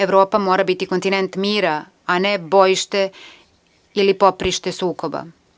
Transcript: Evropa mora biti kontinent mira, a ne bojište ili poprište sukoba.